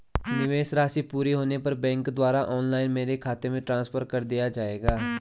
निवेश राशि पूरी होने पर बैंक द्वारा ऑनलाइन मेरे खाते में ट्रांसफर कर दिया जाएगा?